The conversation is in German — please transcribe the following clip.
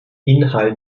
inhalt